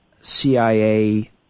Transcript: CIA